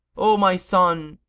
o my son!